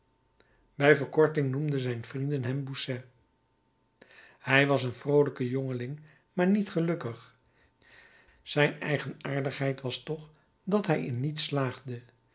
bij verkorting noemden zijn vrienden hem bossuet hij was een vroolijk jongeling maar niet gelukkig zijn eigenaardigheid toch was dat hij in niets slaagde